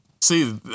See